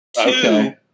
two